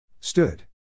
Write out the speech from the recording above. Stood